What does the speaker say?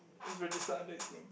it's registered under his name